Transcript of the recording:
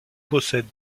possède